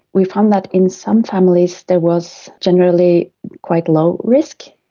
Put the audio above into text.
we found that in some families there was generally quite low risk.